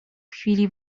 chwili